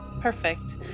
Perfect